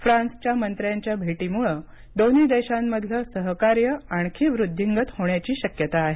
फ्रान्सच्या मंत्र्यांच्या भेटीमुळे दोन्ही देशांमधलं सहकार्य आणखी वृद्धींगत होण्याची शक्यता आहे